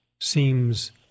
seems